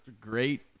great